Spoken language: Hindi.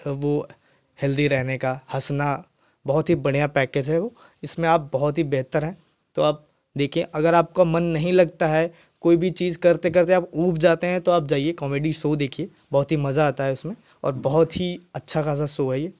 वो हेल्थी रहने का हँसना बहुत ही बढ़िया पैकेज है वह इसमें आप बहुत ही बेहतर है तो आप देखिए अगर आपका मन नहीं लगता है कोई भी चीज़ करते करते आप ऊब जाते हैं तो आप जाइए कॉमेडी शो देखिए बहुत ही मज़ा आता है उसमें और बहुत ही अच्छा खासा शो है यह